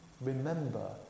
Remember